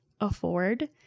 afford